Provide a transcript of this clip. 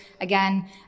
Again